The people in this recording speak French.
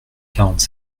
quarante